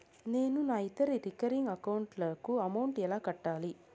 నేను నా ఇతర రికరింగ్ అకౌంట్ లకు అమౌంట్ ఎలా కట్టాలి?